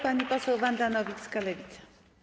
Pani poseł Wanda Nowicka, Lewica.